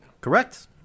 Correct